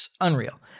Unreal